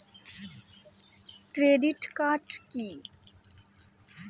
Credit card key?